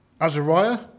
Azariah